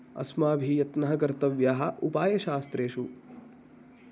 अस्माभिः यत्नः कर्तव्यः उपायशास्त्रेषु